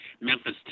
Memphis